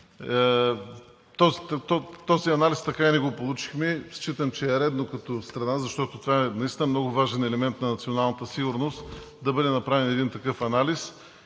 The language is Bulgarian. Този анализ така и не го получихме, а считам, че е редно. Защото това е наистина много важен елемент на националната сигурност да бъде направен такъв анализ